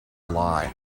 lie